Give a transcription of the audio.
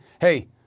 hey